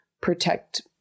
protect